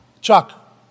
Chuck